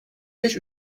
beş